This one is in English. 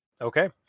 okay